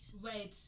Red